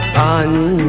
on